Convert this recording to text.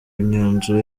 imyanzuro